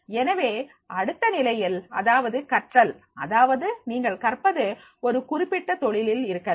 எனவே அடுத்த நிலையில் அதாவது கற்றல் அதாவது நீங்கள் கற்பது ஒரு குறிப்பிட்ட தொழிலில் இருக்கலாம்